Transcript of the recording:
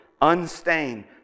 unstained